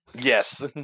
yes